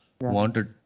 wanted